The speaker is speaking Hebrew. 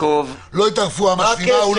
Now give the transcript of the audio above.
אולי לא הייתה רפואה משלימה.